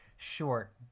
short